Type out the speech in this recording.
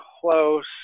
close